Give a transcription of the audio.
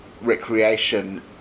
recreation